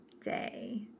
day